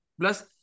Plus